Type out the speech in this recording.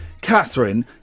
Catherine